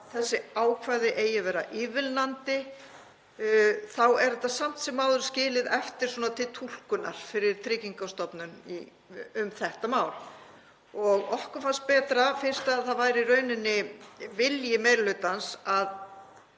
þessi ákvæði eigi að vera ívilnandi þá er þetta samt sem áður skilið eftir til túlkunar fyrir Tryggingastofnun um þetta mál. Okkur fannst betra, fyrst að það væri í rauninni vilji meiri hlutans að